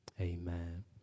Amen